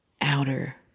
outer